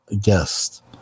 guest